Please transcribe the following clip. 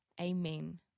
Amen